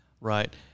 Right